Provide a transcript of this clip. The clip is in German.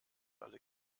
alle